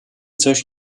coś